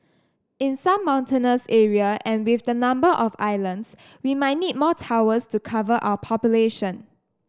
in some mountainous area and with the number of islands we might need more towers to cover our population